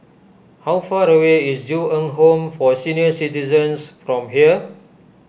how far away is Ju Eng Home for Senior Citizens from here